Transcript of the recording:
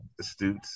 astute